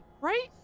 right